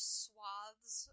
swaths